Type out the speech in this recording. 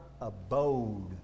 abode